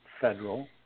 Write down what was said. federal